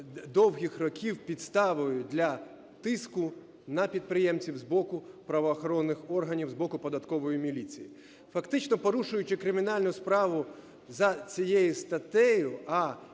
довгих років підставою для тиску на підприємців з боку правоохоронних органів, з боку Податкової міліції. Фактично порушуючи кримінальну справу за цією статтею,